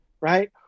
Right